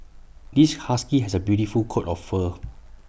this husky has A beautiful coat of fur